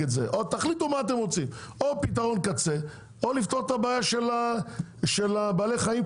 תחליטו מה אתם רוצים: פתרון קצה או לפתור את הבעיה של בעלי החיים,